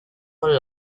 con